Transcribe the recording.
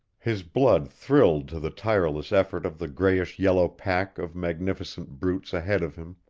his blood thrilled to the tireless effort of the grayish-yellow pack of magnificent brutes ahead of him